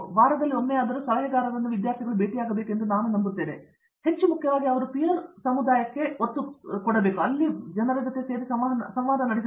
ಹಾಗಾಗಿ ಒಂದು ವಾರದಲ್ಲಿ ಒಮ್ಮೆಯಾದರೂ ಸಲಹೆಗಾರರನ್ನು ವಿದ್ಯಾರ್ಥಿಗಳು ಭೇಟಿಯಾಗಬೇಕು ಎಂದು ನಾವು ನಂಬುತ್ತೇವೆ ಆದರೆ ಹೆಚ್ಚು ಮುಖ್ಯವಾಗಿ ನಾವು ಅವರ ಪೀರ್ ಸಂವಹನಕ್ಕೆ ಒತ್ತು ನೀಡುತ್ತೇವೆ